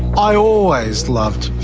i always loved